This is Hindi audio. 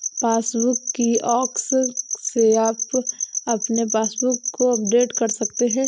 पासबुक किऑस्क से आप अपने पासबुक को अपडेट कर सकते हैं